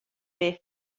beth